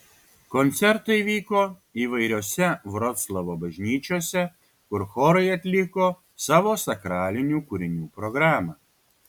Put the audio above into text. koncertai vyko įvairiose vroclavo bažnyčiose kur chorai atliko savo sakralinių kūrinių programą